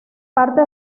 parte